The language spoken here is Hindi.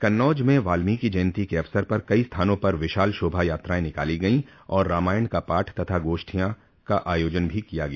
कन्नौज में वाल्मीकि जयन्ती के अवसर पर कई स्थानों पर विशाल शोभा यात्राएं निकाली गई और रामायण का पाठ तथा गोष्ठियों का आयोजन भी किया गया